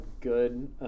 good